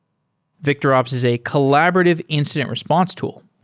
victorops is a collaborative incident response tool,